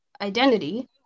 identity